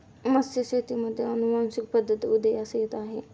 मत्स्यशेतीमध्ये अनुवांशिक पद्धत उदयास येत आहे